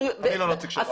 אני לא נציג של מח"ש.